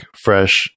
fresh